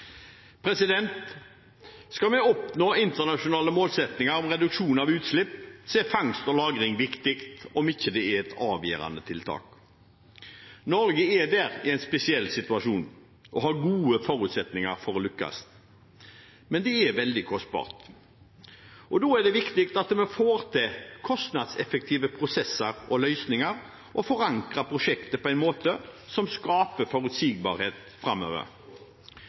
driftsfase. Skal vi nå de internasjonale målsettingene om reduksjon av utslipp, er fangst og lagring viktig, om ikke det er et avgjørende tiltak. Norge er her i en spesiell situasjon og har gode forutsetninger for å lykkes, men det er veldig kostbart. Da er det viktig at vi får til kostnadseffektive prosesser og løsninger og forankrer prosjektet på en måte som skaper forutsigbarhet framover.